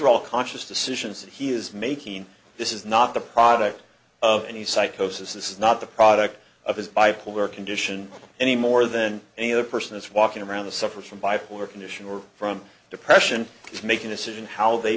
all conscious decisions that he is making this is not the product of any psychosis this is not the product of his bipolar condition any more than any other person is walking around the suffer from bipolar condition or from depression to make a decision how they